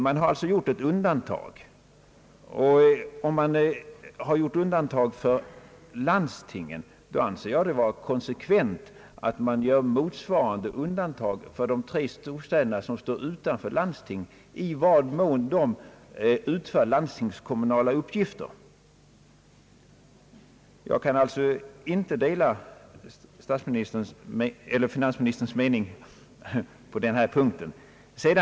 Man har alltså gjort ett undantag, och om man har gjort undantag för landstingen, anser jag det vara konsekvent att göra motsvarande undantag för de tre storstäder som står utanför landsting, i den mån de utför landstingskommunala uppgifter. Jag kan alltså inte dela finansministerns mening på denna punkt.